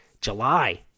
July